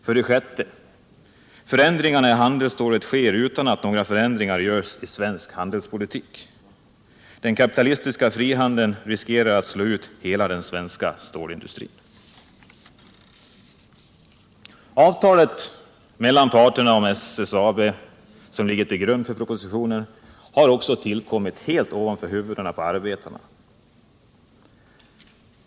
För det sjätte sker förändringarna i handelsstålsproduktionen utan att några förändringar görs i svensk handelspolitik. Den kapitalistiska frihandeln hotar att slå ut hela den svénska stålindustrin. Avtalet mellan parterna om Svenskt Stål AB — som ligger till grund för propositionen — har tillkommit helt ovanför huvudena på arbetarna.